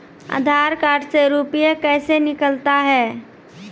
आधार कार्ड से रुपये कैसे निकलता हैं?